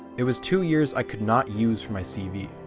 it was two years i could not use for my cv.